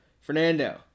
Fernando